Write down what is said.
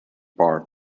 part